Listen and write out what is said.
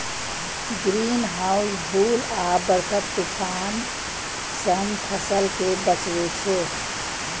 greenhouse धूल आ बर्फक तूफान सं फसल कें बचबै छै